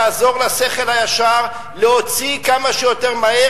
תעזור לשכל הישר להוציא כמה שיותר מהר